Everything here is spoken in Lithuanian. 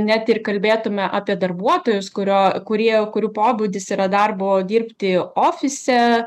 net ir kalbėtume apie darbuotojus kurio kurie kurių pobūdis yra darbo dirbti ofise